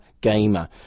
gamer